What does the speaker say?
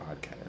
podcast